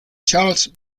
charles